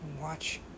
Watch